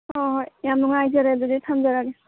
ꯍꯣꯏ ꯍꯣꯏ ꯌꯥꯝ ꯅꯨꯡꯉꯥꯏꯖꯔꯦ ꯑꯗꯨꯗꯤ ꯊꯝꯖꯔꯒꯦ